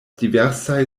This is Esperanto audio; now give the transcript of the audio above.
diversaj